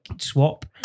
swap